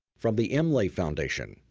from the imlay foundation,